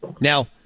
Now